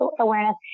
awareness